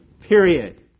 Period